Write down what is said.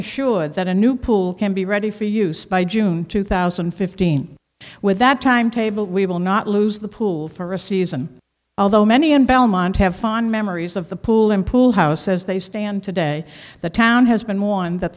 assured that a new pool can be ready for use by june two thousand and fifteen with that timetable we will not lose the pool for a season although many in belmont have fond memories of the pool and pool house as they stand today the town has been one that